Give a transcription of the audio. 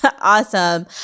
Awesome